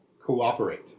Cooperate